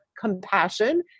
compassion